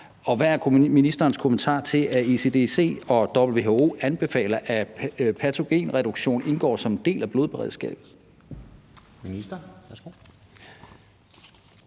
Og hvad er ministerens kommentar til, at ECDC og WHO anbefaler, at patogenreduktion indgår som en del af blodberedskabet?